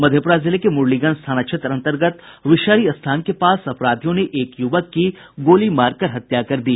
मधेपुरा जिले के मुरलीगंज थाना क्षेत्र अन्तर्गत विषहरी स्थान के पास अपराधियों ने एक युवक की गोली मारकर हत्या कर दी